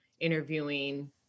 interviewing